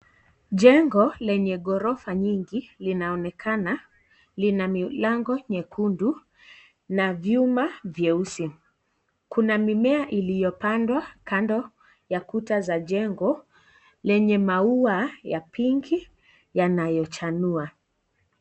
Jengo lenye ghorofa nyingi linaonekana lina milango nyekundu na vyuma vyeusi. Kuna mimea iliyopandwa kando ya kuta za jengo lenye maua ya pinki yanayo chanua.